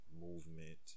movement